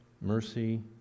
Mercy